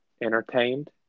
entertained